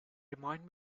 remind